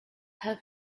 have